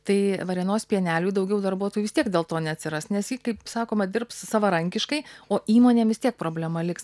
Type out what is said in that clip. tai varėnos pieneliui daugiau darbuotojų vis tiek dėl to neatsiras nes ji kaip sakoma dirbs savarankiškai o įmonėm vis tiek problema liks